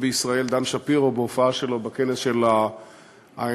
בישראל דן שפירו בהופעה שלו בכנס של ה-INSS,